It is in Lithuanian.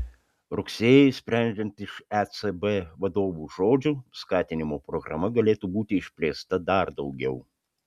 rugsėjį sprendžiant iš ecb vadovų žodžių skatinimo programa galėtų būti išplėsta dar daugiau